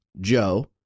Joe